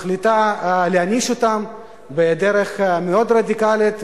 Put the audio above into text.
היא מחליטה להעניש אותם בדרך מאוד רדיקלית.